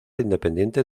independiente